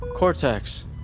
Cortex